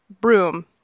broom